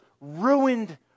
ruined